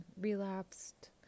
relapsed